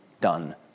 done